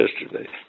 yesterday